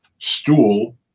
stool